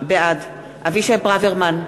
בעד אבישי ברוורמן,